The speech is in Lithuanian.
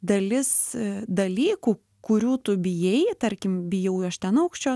dalis dalykų kurių tu bijai tarkim bijau aš ten aukščio